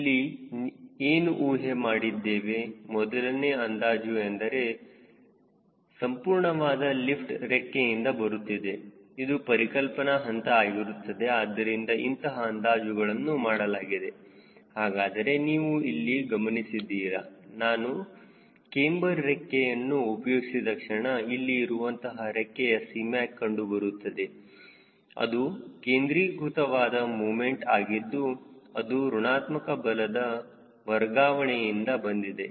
ಇಲ್ಲಿ ಏನು ಊಹೆ ಮಾಡಿದ್ದೇವೆ ಮೊದಲನೇ ಅಂದಾಜು ಎಂದರೆ ಸಂಪೂರ್ಣವಾದ ಲಿಫ್ಟ್ ರೆಕ್ಕೆಯಿಂದ ಬರುತ್ತಿದೆ ಇದು ಪರಿಕಲ್ಪನಾ ಹಂತ ಆಗಿರುತ್ತದೆ ಆದ್ದರಿಂದ ಇಂತಹ ಅಂದಾಜುಗಳನ್ನು ಮಾಡಲಾಗಿದೆ ಹಾಗಾದರೆ ನೀವು ಇಲ್ಲಿ ಗಮನಿಸಿದ್ದೀರಾ ನಾನು ಕ್ಯಾಮ್ಬರ್ ರೆಕ್ಕೆಯನ್ನು ಉಪಯೋಗಿಸಿದ ಕ್ಷಣ ಅಲ್ಲಿ ಇರುವಂತಹ ರೆಕ್ಕೆಯ Cmac ಕಂಡುಬರುತ್ತದೆ ಅದು ಕೇಂದ್ರೀಕೃತವಾದ ಮೂಮೆಂಟ್ ಆಗಿದ್ದು ಅದು ಋಣಾತ್ಮಕ ಬಲದ ವರ್ಗಾವಣೆಯಿಂದ ಬಂದಿದೆ